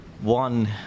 one